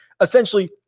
essentially